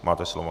Máte slovo.